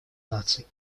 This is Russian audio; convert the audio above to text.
наций